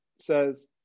says